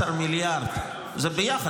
מיליארד ------ זה ביחד.